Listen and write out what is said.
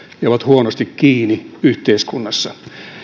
ja ovat huonosti kiinni yhteiskunnassa